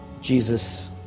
Jesus